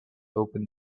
open